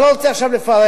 אני לא רוצה עכשיו לפרט.